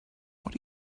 what